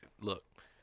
look